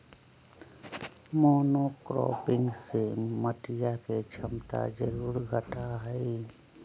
monocropping से मटिया के क्षमता जरूर घटा हई